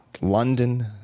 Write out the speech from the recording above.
London